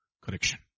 correction